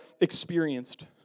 experienced